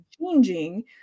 changing